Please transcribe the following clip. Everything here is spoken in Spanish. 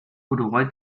uruguay